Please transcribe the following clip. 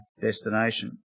destination